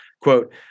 quote